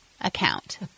account